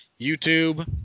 youtube